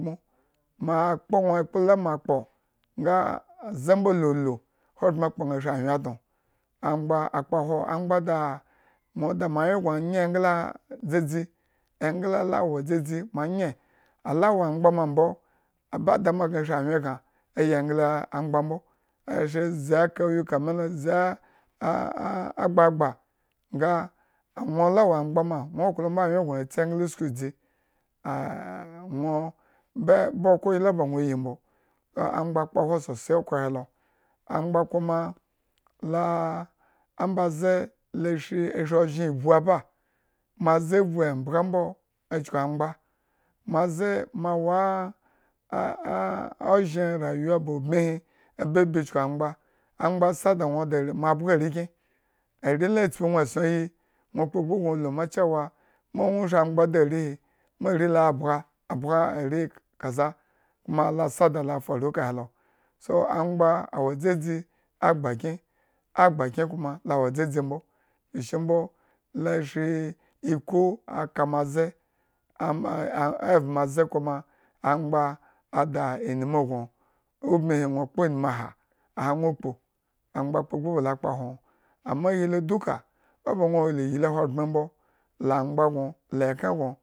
Ma a kpo nwo ekplo la mo akpo. nga aze mbo la ulu, ahogbren kpo nga shrianwyen don angba akpohwo, angba da nwo da moarewyen gno nye, ala wo angbamambo ba dama gna shri anwyen gna yi engla angba mbo, ashr zi a kawuka mi lo, zi abagba nga anwo la wo angba ma nwo klo mbo anwyen gnoyitsi engla usku edzi aa nwo ba kawye la ba nwo yi mbo angba kpohwo sosai okhrohelo, angba kuma laa ambaze le shri oshri ozhen ivbu aba, mo ze vu embba. mbo chku angba, mo aze ma waa ozhen rayuwa ba ubm ihi babi chuku angba, angba sa da nwo esson yinwo kpogbu gno luma. cewa, ma nwo shri angba da arehi, ma ñaa bga, abga arihi kaza, kuma la sa da la faru kahelo, so, angba awodzadzi mbo, chuku mbo la shrii iku aka moze am em evma ze kuma angba ada inmu gno ubm ihi, nwo kpo inmula aha nwo kpu, angba kpogbu ba la kpohwo nwo amma ahi duka o ba wo la iyli ahogbren mbo, leb.